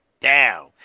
down